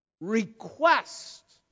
request